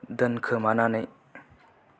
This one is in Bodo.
दोनखोमानानै